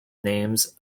names